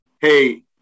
Hey